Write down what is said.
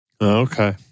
Okay